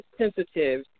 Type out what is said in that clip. sensitive